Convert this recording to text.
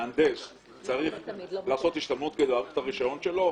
מהנדס צריך לעשות השתלמות כדי להאריך את הרישיון שלו?